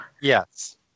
Yes